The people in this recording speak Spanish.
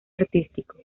artístico